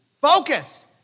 focus